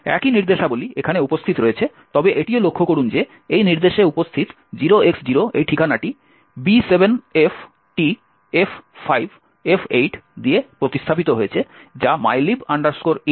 একই নির্দেশাবলী এখানে উপস্থিত রয়েছে তবে এটিও লক্ষ্য করুন যে এই নির্দেশে উপস্থিত 0X0 এই ঠিকানাটি B7FTF5F8 দিয়ে প্রতিস্থাপিত হয়েছে যা mylib int এর আসল ঠিকানা